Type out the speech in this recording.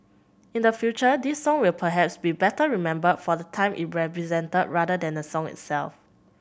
in the future this song will perhaps be better remembered for the time it represented rather than the song itself